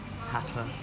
hatter